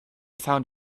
found